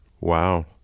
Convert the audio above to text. Wow